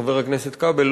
חבר הכנסת כבל,